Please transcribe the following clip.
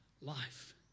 Life